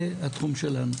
זה התחום שלנו.